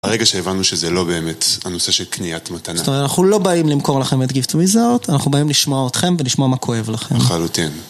הרגע שהבנו שזה לא באמת הנושא של קניית מתנה זאת אומרת אנחנו לא באים למכור לכם את גיפט וויזארט אנחנו באים לשמוע אתכם ולשמוע מה כואב לכם, לחלוטין.